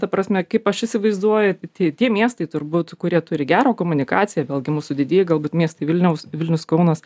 ta prasme kaip aš įsivaizduoju tie tie miestai turbūt kurie turi gerą komunikaciją vėlgi mūsų didieji galbūt miestai vilniaus vilnius kaunas